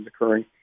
occurring